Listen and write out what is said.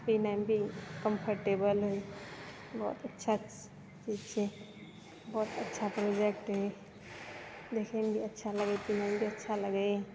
पिन्हैमे भी कम्फर्टेबल हय बहुत अच्छा चीज छै बहुत अच्छा प्रोडक्ट हय देखैमे भी अच्छा पिन्हैमे भी अच्छा लगै हय